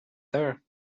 there